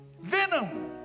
Venom